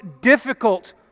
difficult